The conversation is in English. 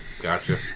Gotcha